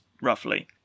roughly